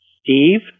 Steve